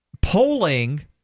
polling